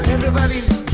Everybody's